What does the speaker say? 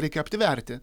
reikia aptverti